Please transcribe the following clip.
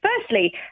firstly